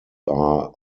are